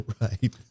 Right